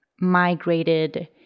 migrated